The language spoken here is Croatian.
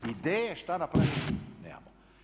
Ideje šta napraviti nemamo.